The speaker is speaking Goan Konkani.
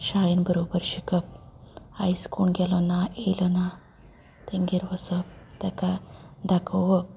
शाळेंत बरोबर शिकप आयज कोण गेलो ना येयलो ना तेंगेर वसप तेका दाखोवप